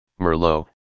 Merlot